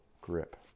grip